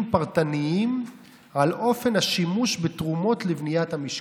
פרטניים על אופן השימוש בתרומות לבניית המשכן.